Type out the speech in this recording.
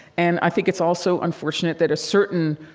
and i think it's also unfortunate that a certain